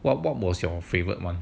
what what was your favourite [one]